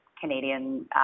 Canadian